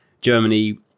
germany